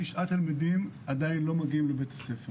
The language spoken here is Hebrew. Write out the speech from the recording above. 9 תלמידים עדיין לא מגיעים לבית הספר